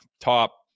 top